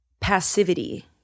passivity